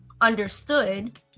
understood